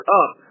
up